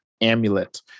Amulet